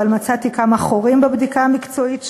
אבל מצאתי כמה חורים בבדיקה המקצועית שלו,